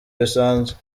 bisanzwe